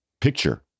picture